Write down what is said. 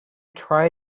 try